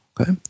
Okay